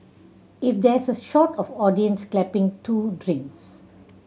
if there's a shot of audience clapping two drinks